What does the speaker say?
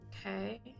Okay